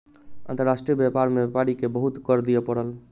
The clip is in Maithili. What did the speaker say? अंतर्राष्ट्रीय व्यापार में व्यापारी के बहुत कर दिअ पड़ल